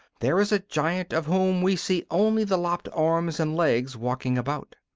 there is a giant of whom we see only the lopped arms and legs walking about.